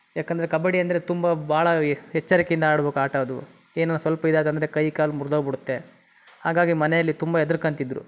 ಯಾಕಂದರೆ ಕಬಡ್ಡಿ ಅಂದರೆ ತುಂಬ ಭಾಳ ಎಚ್ಚರಿಕೆಯಿಂದ ಆಡ್ಬಕು ಆಟ ಅದು ಏನೋ ಸ್ವಲ್ಪ ಇದಾದ ಅಂದರೆ ಕೈ ಕಾಲು ಮುರ್ದೋಗ್ಬಿಡುತ್ತೆ ಹಾಗಾಗಿ ಮನೆಯಲ್ಲಿ ತುಂಬ ಹೆದ್ರಿಕಂತಿದ್ರು